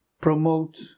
promote